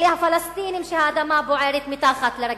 אלה הפלסטינים שהאדמה בוערת מתחת לרגליהם.